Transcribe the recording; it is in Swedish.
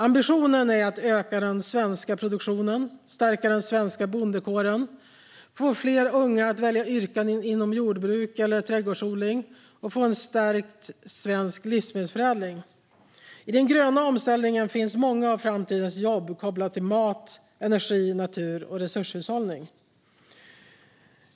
Ambitionen är att öka den svenska produktionen, stärka den svenska bondekåren, få fler unga att välja yrken inom jordbruk eller trädgårdsodling och få en stärkt svensk livsmedelsförädling. I den gröna omställningen finns många av framtidens jobb med koppling till mat, energi, natur och resurshushållning.